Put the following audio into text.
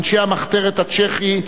אנשי המחתרת הצ'כית,